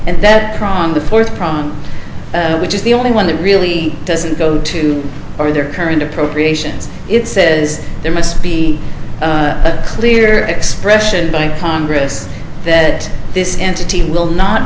and that are on the fourth problem which is the only one that really doesn't go to over their current appropriations it's said is there must be a clear expression by congress that this entity will not